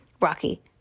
Rocky